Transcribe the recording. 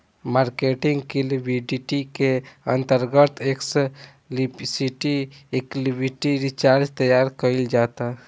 marketing liquidity के अंतर्गत explicit liquidity reserve तैयार कईल जाता